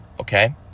Okay